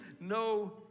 no